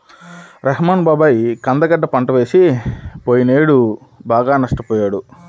రెహ్మాన్ బాబాయి కంద గడ్డ పంట వేసి పొయ్యినేడు బాగా నష్టపొయ్యాడు